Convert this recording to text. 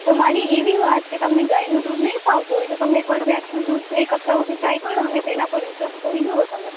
તો મારી એવી વાત કે તમને ગાયનું દૂધ નહી ફાવતું હોય તો તમે એક વાર ભેસનું દૂધ એક હપ્તા હુધી ટ્રાય કરો ને તેના પર રિસર્ચ કરી જોવો તમે